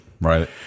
Right